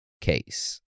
case